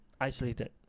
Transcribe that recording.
isolated